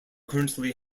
currently